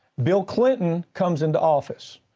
bill clinton comes into office.